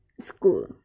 school